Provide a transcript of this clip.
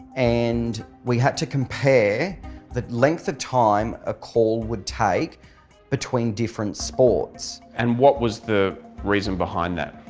and we had to compare the length of time a call would take between different sports. and what was the reason behind that?